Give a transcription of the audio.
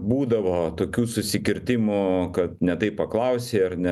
būdavo tokių susikirtimų kad ne taip paklausei ar ne